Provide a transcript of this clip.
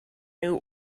new